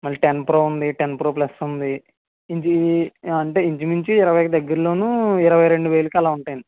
మళ్ళీ ten pro ఉంది ten pro plus ఉంది ఇది అంటే ఇంచుమించు ఇరవైకి దగ్గరలోను ఇరవై రెండు వేలకు అలా ఉంటాయండి